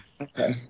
Okay